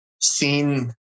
seen